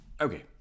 okay